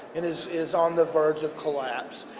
it is is on the verge of collapse.